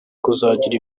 kuzagira